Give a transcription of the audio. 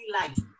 life